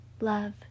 Love